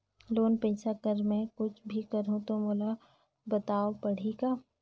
Loan पइसा कर मै कुछ भी करहु तो मोला बताव पड़ही का?